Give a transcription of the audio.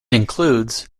includes